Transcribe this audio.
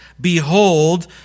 Behold